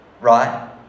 right